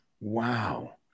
Wow